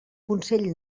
consell